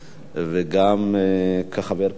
וגם כחבר כנסת וכשר,